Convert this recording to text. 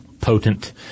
potent